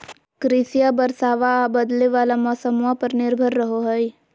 कृषिया बरसाबा आ बदले वाला मौसम्मा पर निर्भर रहो हई